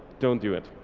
don't do it.